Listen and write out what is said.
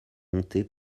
montée